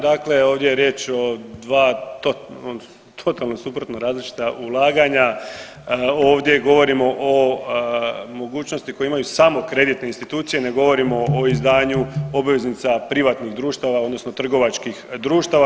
Dakle, ovdje je riječ o dva totalna suprotna različita ulaganja, ovdje govorimo o mogućnosti koje imaju samo kreditne institucije ne govorimo o izdanju obveznica privatnih društava odnosno trgovačkih društava.